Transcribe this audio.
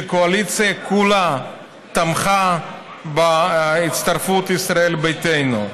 כשהקואליציה כולה תמכה בהצטרפות ישראל ביתנו.